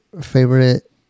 favorite